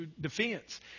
defense